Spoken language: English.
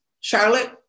Charlotte